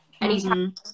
Anytime